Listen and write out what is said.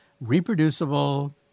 reproducible